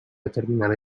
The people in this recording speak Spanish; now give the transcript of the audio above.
determinar